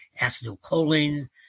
acetylcholine